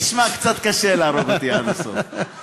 תשמע, קצת קשה להרוג אותי עד הסוף.